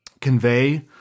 convey